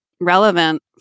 relevant